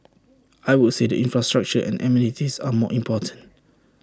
I would say the infrastructure and amenities are more important